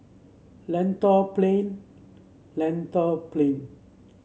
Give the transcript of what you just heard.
Lentor Plain Lentor Plain